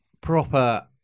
proper